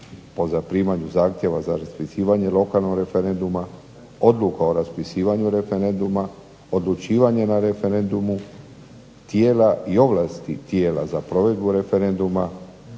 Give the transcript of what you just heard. po zaprimanju zahtjeva za raspisivanje lokalnog referenduma, odluka o raspisivanju referenduma, odlučivanje na referenduma, tijela i ovlasti tijela za provedbu referenduma,